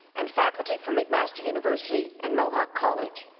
and faculty from mcmaster university and mohawk college.